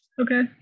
Okay